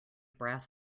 brass